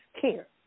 care